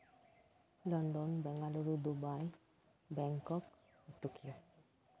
London Bengaluru Dubai Bangkok Tokyo